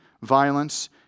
violence